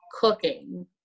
cooking